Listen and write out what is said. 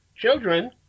Children